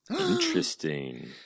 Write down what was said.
interesting